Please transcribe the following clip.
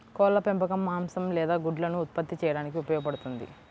కోళ్ల పెంపకం మాంసం లేదా గుడ్లను ఉత్పత్తి చేయడానికి ఉపయోగపడుతుంది